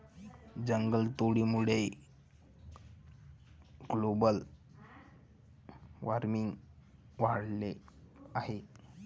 जंगलतोडीमुळे global warming वाढले आहे